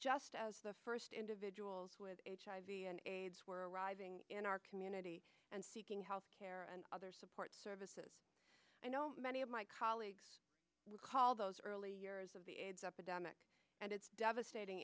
just as the first individuals with hiv and aids were arriving in our community and seeking health care and other support services and many of my colleagues would call those early years of the aids epidemic and its devastating